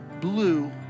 blue